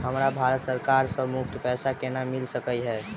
हमरा भारत सरकार सँ मुफ्त पैसा केना मिल सकै है?